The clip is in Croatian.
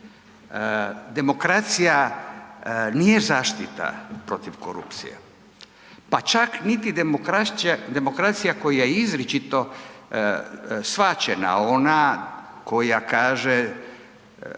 Demokracija nije zaštita protiv korupcije, pa čak niti demokracija koja je izričito shvaćena, ona koja kaže